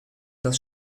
das